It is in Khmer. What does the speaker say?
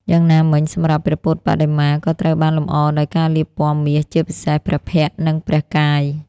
យ៉ាងណាមិញសម្រាប់ ព្រះពុទ្ធបដិមា ក៏ត្រូវបានលម្អដោយការលាបពណ៌មាស ជាពិសេសព្រះភ័ក្ត្រ និងព្រះកាយ។